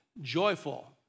joyful